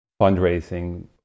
fundraising